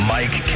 Mike